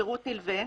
"שירות נלווה"